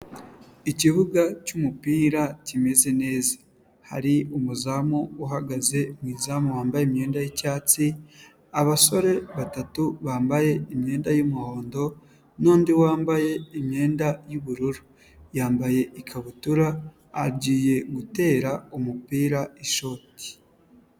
Ikibuga cy'umupira kimeze neza, hari umuzamu uhagaze mu izamu wambaye imyenda y'icyatsi, abasore batatu bambaye imyenda y'umuhondo n'undi wambaye imyenda y'ubururu, yambaye ikabutura agiye gutera umupira ishoti.